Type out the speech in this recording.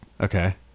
Okay